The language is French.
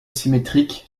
symétrique